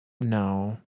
No